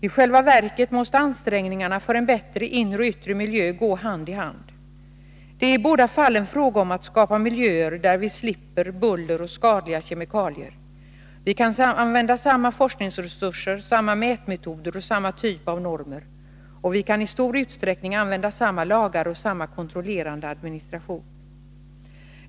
I själva verket måste ansträngningarna för en bättre inre och yttre miljö gå hand i hand. Det är i båda fallen fråga om att skapa miljöer där vi slipper buller och skadliga kemikalier. Vi kan använda samma forskningsresurser, samma mätmetoder och samma typ av normer, och vi kan i stor utsträckning använda samma lagar och samma kontrollerande administration.